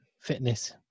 fitness